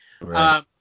Right